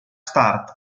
start